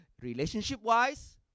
Relationship-wise